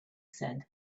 said